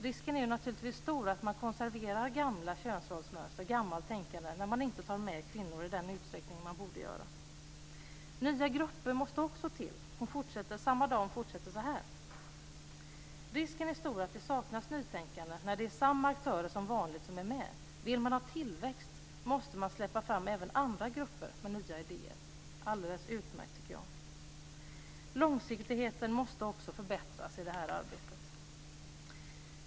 Risken är naturligtvis stor att man konserverar gamla könsrollsmönster och gammalt tänkande när man inte tar med kvinnor i den utsträckning man borde göra. Nya grupper måste också till. Samma dam fortsätter så här: "Risken är stor att det saknas nytänkande när det är samma aktörer som vanligt som är med. Vill man ha tillväxt måste man släppa fram även andra grupper med nya idéer." Det är alldeles utmärkt, tycker jag. Långsiktigheten måste också förbättras i detta arbete.